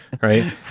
Right